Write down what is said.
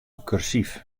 kursyf